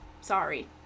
Sorry